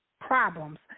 problems